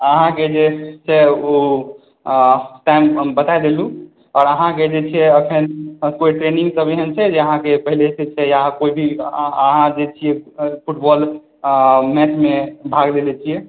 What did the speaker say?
अहाँके जे छै ओ टाइम हम बता देलहुॅं आओर अहाँके जे छै एखन ट्रेनिंग सब एहन छै जे अहाँके पहिले सॅं तैयार अहाँ जे छियै फुटबॉल मैच मे भाग लेले छियै